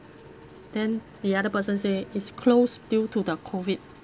then the other person say it's closed due to the COVID